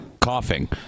coughing